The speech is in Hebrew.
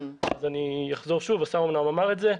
אני אחזור שוב, אמנם השר אמר את זה,